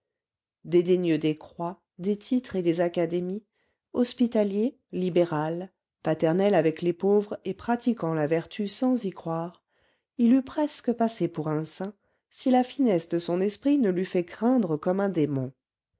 dédaigneux des croix des titres et des académies hospitalier libéral paternel avec les pauvres et pratiquant la vertu sans y croire il eût presque passé pour un saint si la finesse de son esprit ne l'eût fait craindre comme un démon